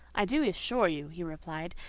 i do assure you, he replied,